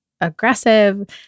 aggressive